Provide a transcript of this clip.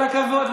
סמוטריץ'.